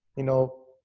you know,